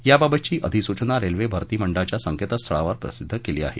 याबाबतची अधिसुचना रेल्वे भरती मंडळाच्या संकेतस्थळावर प्रसिद्ध केली आहे